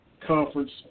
conference